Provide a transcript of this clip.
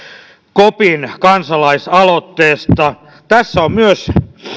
kopin kansalaisaloitteesta tässä on myös